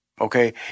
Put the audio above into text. Okay